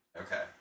Okay